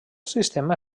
sistema